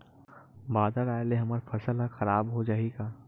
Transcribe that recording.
बादर आय ले हमर फसल ह खराब हो जाहि का?